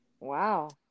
Wow